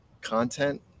content